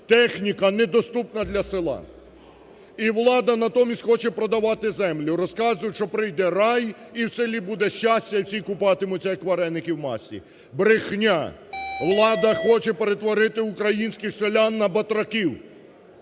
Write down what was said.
техніка, недоступна для села. І влада натомість хоче продавати землю. Розказують, що прийде рай і в селі буде щастя, і всі купатимуться, як вареники в маслі. Брехня! Влада хоче перетворити українських селян на батраків.